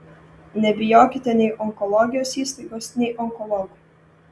nebijokite nei onkologijos įstaigos nei onkologų